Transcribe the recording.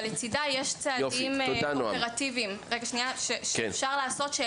אבל לצידה יש צעדים אופרטיביים שאפשר לעשות.